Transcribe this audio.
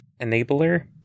enabler